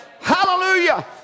Hallelujah